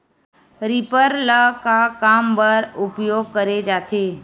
Reaper ल का काम बर उपयोग करे जाथे?